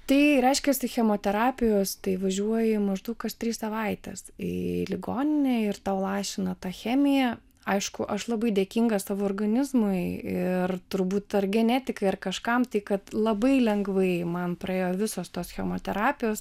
tai reiškiasi chemoterapijos tai važiuoji maždaug kas trys savaitės į ligoninę ir tau lašina tą chemiją aišku aš labai dėkinga savo organizmui ir turbūt ar genetikai ar kažkam tai kad labai lengvai man praėjo visos tos chemoterapijos